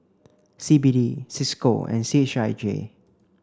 C B D Cisco and C H I J